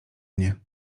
mnie